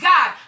God